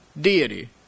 deity